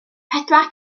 pedwar